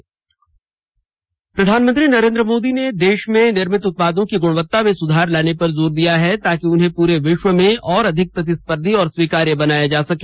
इससे पहले प्रधानमंत्री नरेन्द्र मोदी ने देश में निर्मित उत्पादों की गुणवत्ता में सुधार लाने पर जोर दिया है ताकि उन्हें पूरे विश्व में और अधिक प्रतिस्पर्धी और स्वीकार्य बनाया जा सके